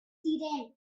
ziren